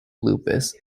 lupus